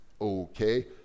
okay